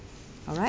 alright